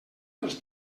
dels